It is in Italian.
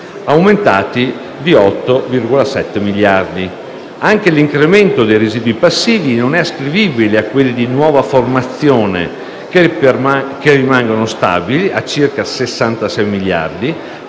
aumentati di 8,7 miliardi. Anche l'incremento dei residui passivi è ascrivibile non a quelli di nuova formazione, che rimangono stabili a circa 66 miliardi,